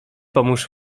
pomóż